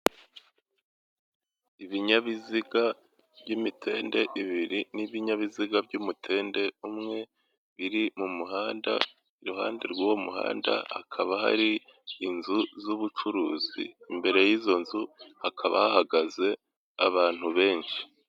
Ibinyabiziga by'imitende ibiri n'ibinyabiziga by'umutende umwe biri mu muhanda, iruhande rw'uwo muhanda hakaba hari inzu z'ubucuruzi, imbere y'izo nzu hakaba hahagaze abantu benshi.